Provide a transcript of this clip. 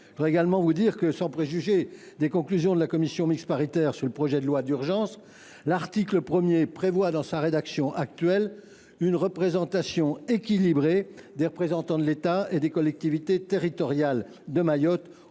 Je veux également vous dire, sans préjuger des conclusions de la commission mixte paritaire sur le projet de loi d’urgence, que l’article 1dudit texte prévoit, dans sa rédaction actuelle, « une représentation équilibrée des représentants de l’État et des collectivités territoriales de Mayotte